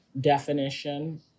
definition